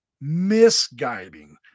misguiding